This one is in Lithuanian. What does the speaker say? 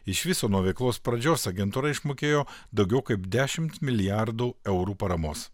iš viso nuo veiklos pradžios agentūra išmokėjo daugiau kaip dešimt milijardų eurų paramos